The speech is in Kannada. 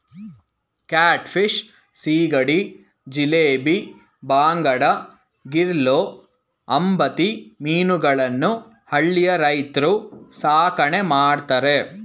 ಕ್ಯಾಟ್ ಫಿಶ್, ಸೀಗಡಿ, ಜಿಲೇಬಿ, ಬಾಂಗಡಾ, ಗಿರ್ಲೂ, ಅಂಬತಿ ಮೀನುಗಳನ್ನು ಹಳ್ಳಿಯ ರೈತ್ರು ಸಾಕಣೆ ಮಾಡ್ತರೆ